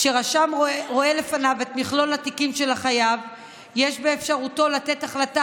כשרשם רואה לפניו את מכלול התיקים של החייב יש באפשרותו לתת החלטה